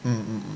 mm